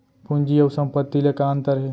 पूंजी अऊ संपत्ति ले का अंतर हे?